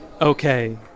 Okay